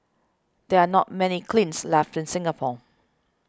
there are not many kilns left in Singapore